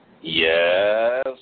Yes